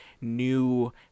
new